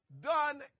done